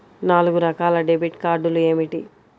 నాలుగు రకాల డెబిట్ కార్డులు ఏమిటి?